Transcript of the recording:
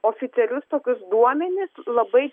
oficialius tokius duomenis labai